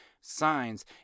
signs